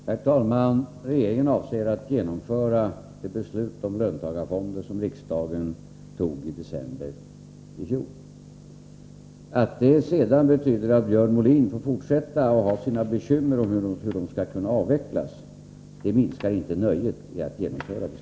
Herr talman! Regeringen avser att genomföra det beslut om löntagarfonder som riksdagen tog i december i fjol. Att det sedan betyder att Björn 7n Molin får fortsätta att bekymra sig över hur de skall kunna avvecklas minskar inte nöjet av att genomföra dem.